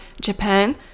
Japan